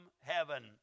heaven